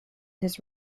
his